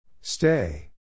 Stay